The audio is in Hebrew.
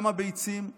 גם הביצים עולות.